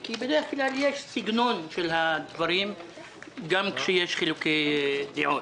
כי בדרך כלל יש סגנון של הדברים גם כשיש חילוקי דעות.